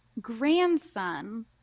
grandson